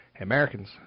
Americans